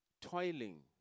toiling